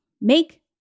make